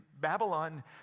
Babylon